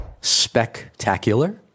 Spectacular